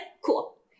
cool